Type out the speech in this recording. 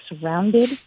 surrounded